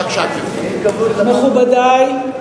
מכובדי,